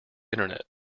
internet